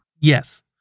Yes